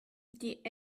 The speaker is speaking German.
die